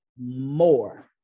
more